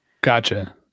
gotcha